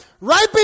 Right